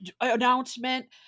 announcement